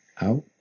out